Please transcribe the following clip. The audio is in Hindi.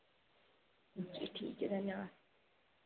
अच्छा ठीक है धन्यवाद